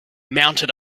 mounted